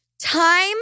Time